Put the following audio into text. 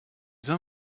soll